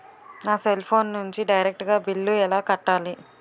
నా cell phone నుంచి direct గా బిల్లు ఎలా కట్టాలి?